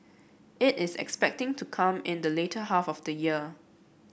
it is expected to come in the later half of the year